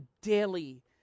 daily